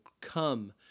come